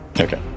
okay